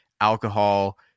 alcohol